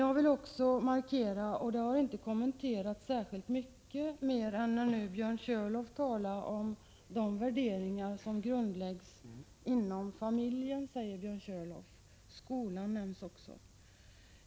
Jag vill också markera något som inte har kommenterats särskilt mycket tidigare, förrän Björn Körlof talade om de värderingar som grundläggs ”inom familjen” — skolan nämndes också.